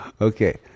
Okay